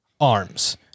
arms